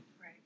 Right